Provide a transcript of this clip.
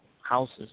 houses